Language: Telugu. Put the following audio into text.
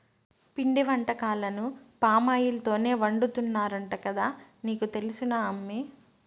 పిండి వంటకాలను పామాయిల్ తోనే వండుతున్నారంట కదా నీకు తెలుసునా అమ్మీ